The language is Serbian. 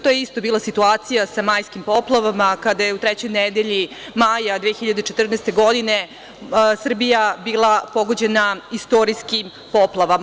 To je isto bila situacija sa majskim poplavama kada je u trećoj nedelji maja 2014. godine Srbija bila pogođena istorijskim poplavama.